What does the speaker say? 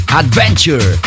adventure